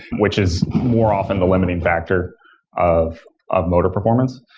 which is more often the limiting factor of of motor performance.